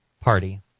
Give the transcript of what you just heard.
party